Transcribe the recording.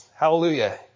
Hallelujah